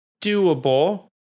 doable